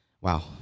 wow